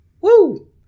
Woo